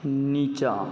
नीचाँ